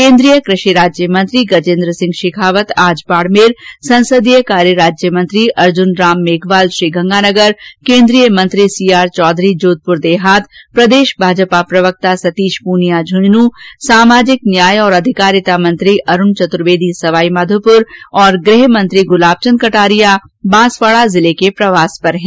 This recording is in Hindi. केन्द्रीय कृषि राज्य मंत्री गजेन्द्र सिंह शेखावत आज बाड़मेर संसदीय कार्य राज्य मंत्री अर्जुन राम मेघवाल श्रीगंगानगर केन्द्रीय मंत्री सी आर चौधरी जोधपुर देहात प्रदेश भाजपा प्रवक्ता सतीश पूनिया झुंझुन् सामाजिक न्याय और अधिकारिता मंत्री अरूण चतुर्वेदी सवाईमाघोपुर और गृह मंत्री गुलाब चंद कटारिया का बांसवाड़ा जिले के प्रवास पर है